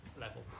level